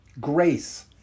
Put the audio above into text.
grace